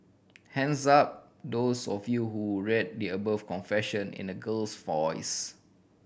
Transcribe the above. hands up those of you who read the above confession in a girl's voice